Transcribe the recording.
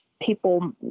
people